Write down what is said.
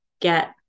get